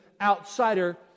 outsider